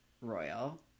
royal